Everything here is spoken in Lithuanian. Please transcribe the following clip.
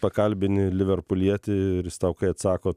pakalbini liverpulietį ir jis tau kai atsako